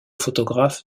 photographes